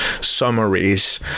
summaries